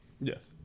Yes